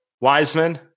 Wiseman